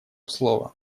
слово